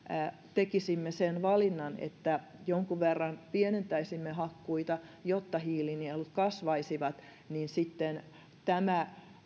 tekisimme sen valinnan että jonkun verran pienentäisimme hakkuita jotta hiilinielut kasvaisivat niin sitten tämä